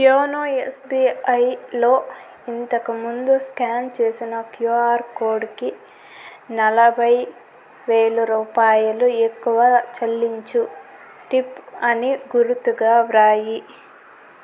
YONO ఎస్బీఐలో ఇంతకు ముందు స్క్యాన్ చేసిన క్యుఆర్ కోడుకి నలభై వేలు రూపాయలు ఎక్కువ చెల్లించు టిప్ అని గురుతుగా వ్రాయి